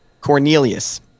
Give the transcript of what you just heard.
Cornelius